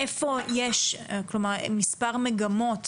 מספר מגמות,